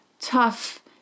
tough